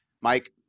Mike